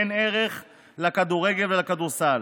אין ערך לכדורגל ולכדורסל.